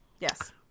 Yes